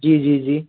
जी जी जी